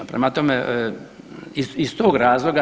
Prema tome, iz tog razloga.